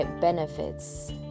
benefits